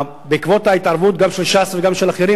בעקבות ההתערבות גם של ש"ס וגם של אחרים,